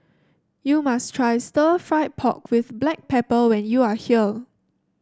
you must try Stir Fried Pork with Black Pepper when you are here